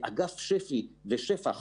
אגף שפ"י ושפ"ח